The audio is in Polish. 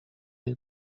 jej